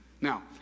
Now